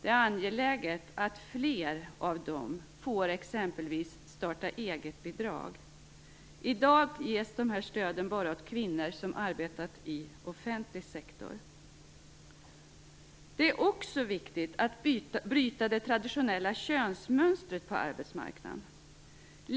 Det är angeläget att fler av dem får exempelvis startaeget-bidrag. I dag ges de här stöden bara åt kvinnor som har arbetat i offentlig sektor. Det är också viktigt att bryta det traditionella könsmönstret på arbetsmarknaden.